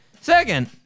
Second